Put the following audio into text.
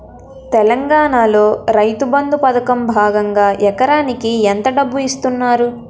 తెలంగాణలో రైతుబంధు పథకం భాగంగా ఎకరానికి ఎంత డబ్బు ఇస్తున్నారు?